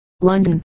London